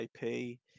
IP